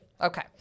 Okay